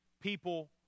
people